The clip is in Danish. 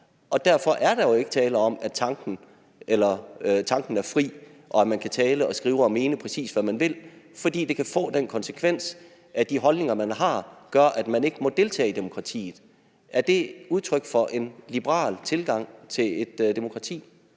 sig. Derfor er der jo ikke tale om, at tanken er fri, og at man kan tale og skrive og mene, præcis hvad man vil, fordi det kan få den konsekvens, at de holdninger, man har, gør, at man ikke må deltage i demokratiet. Er det udtryk for en liberal tilgang til et demokrati?